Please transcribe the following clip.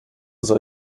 soll